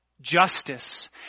justice